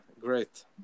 great